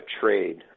trade